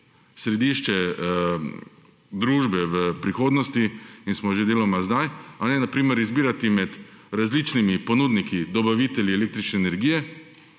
središče družbe v prihodnosti – in smo že deloma zdaj -, izbirati med različnimi ponudniki, dobavitelji električne energije,